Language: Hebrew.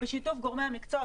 בשיתוף גורמי המקצוע,